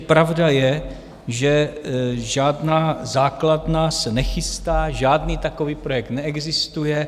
Pravda je, že žádná základna se nechystá, žádný takový projekt neexistuje.